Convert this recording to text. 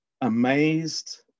amazed